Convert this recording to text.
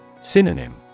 Synonym